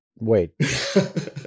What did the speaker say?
Wait